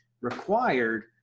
required